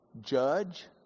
judge